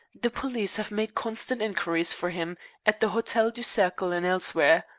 the police have made constant inquiries for him at the hotel du cercle and elsewhere.